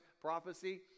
prophecy